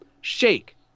Shake